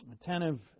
attentive